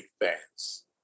fans